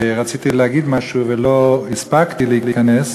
רציתי להגיד משהו ולא הספקתי להיכנס.